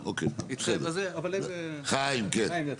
חיים, כן.